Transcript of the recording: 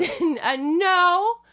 No